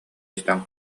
истэн